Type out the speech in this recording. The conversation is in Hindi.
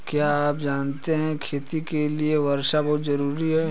क्या आप जानते है खेती के लिर वर्षा बहुत ज़रूरी है?